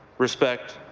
respect,